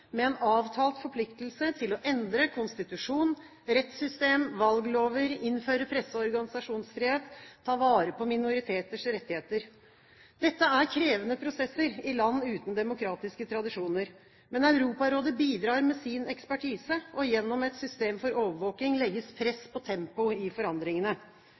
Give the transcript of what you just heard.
med en avtalt forpliktelse til å endre konstitusjon, rettssystem, valglover, innføre presse- og organisasjonsfrihet, ta vare på minoriteters rettigheter. Dette er krevende prosesser i land uten demokratiske tradisjoner, men Europarådet bidrar med sin ekspertise, og gjennom et system for overvåking legges press på tempo i forandringene.